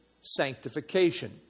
sanctification